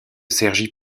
cergy